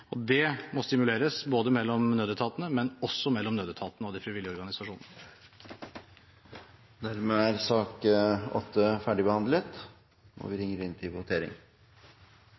situasjoner. Det må stimuleres mellom nødetatene, men også mellom nødetatene og de frivillige organisasjonene. Dermed er sak nr. 8 ferdigbehandlet. Stortinget går da til votering.